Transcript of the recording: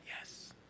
Yes